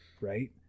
right